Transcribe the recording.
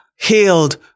healed